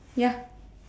ya